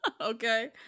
Okay